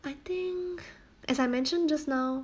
I think as I mentioned just now